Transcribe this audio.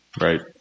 Right